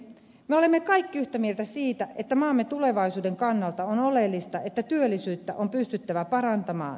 me olemme kaikki yhtä mieltä siitä että maamme tulevaisuuden kannalta on oleellista että työllisyyttä on pystyttävä parantamaan